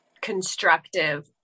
constructive